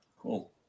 Cool